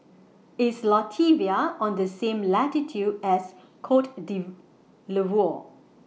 IS Latvia on The same latitude as Cote D'Ivoire